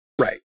right